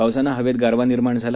पावसानं हवेत गारवा निर्माण झाला